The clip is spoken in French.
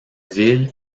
ville